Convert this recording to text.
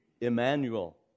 Emmanuel